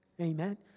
Amen